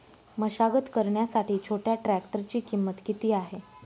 मशागत करण्यासाठी छोट्या ट्रॅक्टरची किंमत किती आहे?